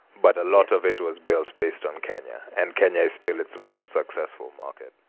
but a lot of it was built based on kenya, and kenya is still its most successful market.